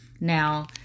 Now